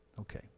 Okay